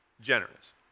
generous